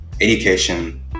education